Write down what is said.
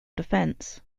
defense